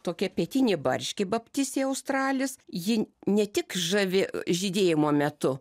tokia pietinė barškė baptisė australis ji ne tik žavi žydėjimo metu